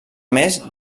més